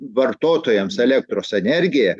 vartotojams elektros energija